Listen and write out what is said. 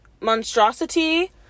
monstrosity